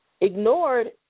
ignored